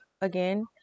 again